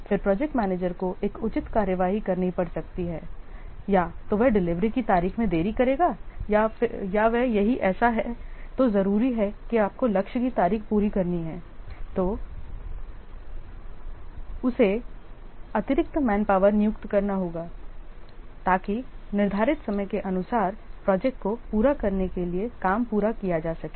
फिर project manager को एक उचित कार्रवाई करनी पड़ सकती है या तो वह डिलीवरी की तारीख में देरी करेगा या वह यदि ऐसा है तो जरूरी है कि आपको लक्ष्य की तारीख पूरी करनी है तो उसे अतिरिक्त मैनपावर नियुक्त करना होगा ताकि निर्धारित समय के अनुसार प्रोजेक्ट को पूरा करने के लिए काम पूरा किया जा सके